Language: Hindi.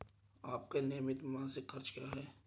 आपके नियमित मासिक खर्च क्या हैं?